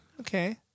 Okay